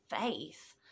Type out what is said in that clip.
faith